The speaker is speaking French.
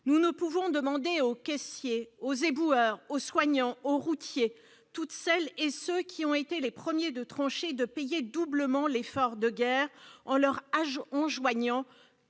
Nous ne pouvons demander aux caissiers, aux éboueurs, aux soignants, aux routiers, à toutes celles et tous ceux qui ont été les premiers de tranchée, de payer doublement l'effort de guerre en leur enjoignant